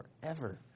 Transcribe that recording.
forever